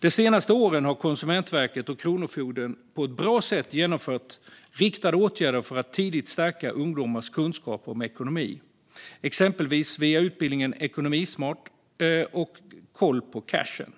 De senaste åren har Konsumentverket och kronofogden på ett bra sätt genomfört riktade åtgärder för att tidigt stärka ungdomars kunskap om ekonomi, exempelvis via utbildningarna Ekonomismart och Koll på cashen.